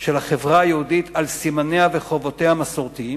של החברה היהודית, על סימניה וחובותיה המסורתיים,